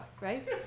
right